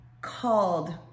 called